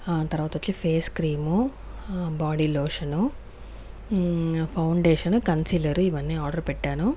తర్వాత వచ్చి face cream body lotion foundation concealer ఇవన్నీ ఆర్డర్ పెట్టాను